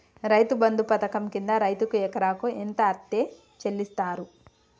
రైతు బంధు పథకం కింద రైతుకు ఎకరాకు ఎంత అత్తే చెల్లిస్తరు?